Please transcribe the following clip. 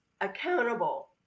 accountable